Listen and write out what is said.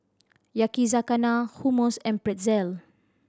Yakizakana Hummus and Pretzel